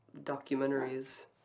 documentaries